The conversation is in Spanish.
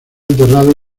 enterrado